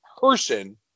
person